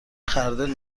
خردل